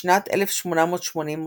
בשנת 1888,